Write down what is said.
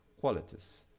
qualities